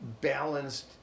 balanced